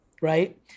right